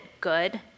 good